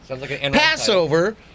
Passover